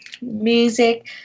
music